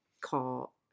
call